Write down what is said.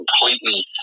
completely